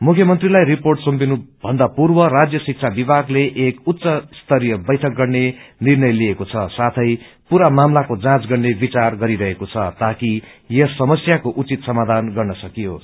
मुख्यमन्त्रीलाई रिपोर्ट सुम्पिनुभन्दा पूर्व राज्य शिक्षा विभागले एक उच्च स्तर्रोय वैठक गर्ने निर्णय लिएको छ साथै पूरा मामलाको जौंच गर्ने विचार गरेको छ ताकि यस समस्याको उचित समाधान गर्न सकियोस्